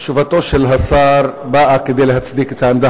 תשובתו של השר באה כדי להצדיק את העמדה